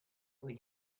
what